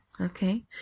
Okay